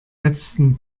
letzten